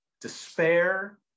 despair